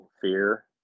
fear